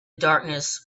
darkness